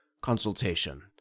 consultation